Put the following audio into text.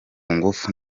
ngufu